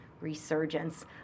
resurgence